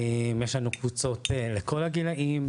יש לנו קבוצות לכל הגילאים,